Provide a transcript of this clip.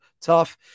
tough